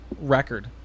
record